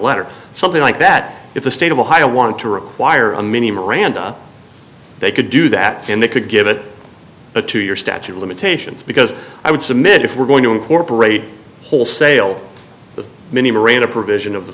letter something like that if the state of ohio wanted to require a mini miranda they could do that and they could give it a two year statute of limitations because i would submit if we're going to incorporate wholesale